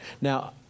Now